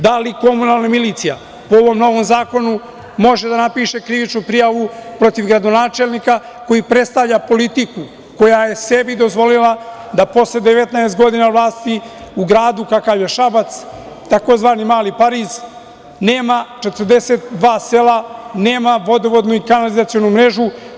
Da li komunalna milicija po ovom novom zakonu može da napiše krivičnu prijavu protiv gradonačelnika koji predstavlja politiku koja je sebi dozvola da posle 19 godina vlasti u gradu kakav je Šabac, tzv. mali Pariz, 42 sela nema vodovodnu i kanalizacionu mrežu.